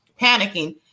panicking